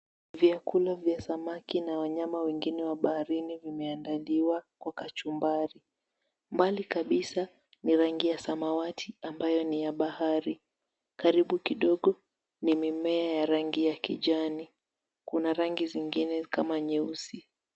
Vyakula vya samaki na wanyama wengine wa baharini vimeandaliwa kwa kachumbari. Mbali kabisa ni rangi ya samawati ambayo ni ya bahari. Karibu kidogo ni mimea ya rangi ya kijani. Kuna rangi zingine kama nyeusi.